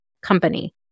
Company